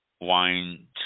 wine